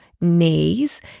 knees